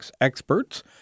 experts